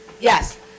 Yes